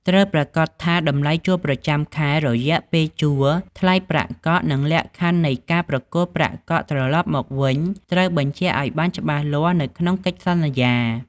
ត្រូវប្រាកដថាតម្លៃជួលប្រចាំខែ រយៈពេលជួល ថ្លៃប្រាក់កក់ និងលក្ខខណ្ឌនៃការប្រគល់ប្រាក់កក់ត្រឡប់មកវិញ ត្រូវបញ្ជាក់ឲ្យបានច្បាស់លាស់នៅក្នុងកិច្ចសន្យា។